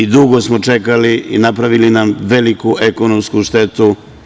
Dugo smo čekali i napravili nam veliku ekonomsku štetu.